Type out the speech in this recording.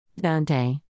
Dante